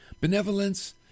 Benevolence